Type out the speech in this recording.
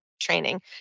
training